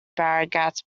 barnegat